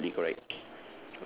absolutely correct